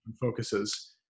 focuses